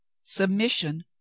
submission